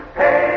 hey